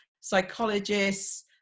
psychologists